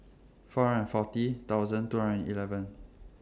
four hundred and forty thousand two hundred and eleven